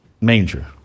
manger